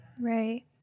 Right